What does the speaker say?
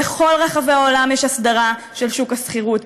בכל רחבי העולם יש הסדרה של שוק השכירות.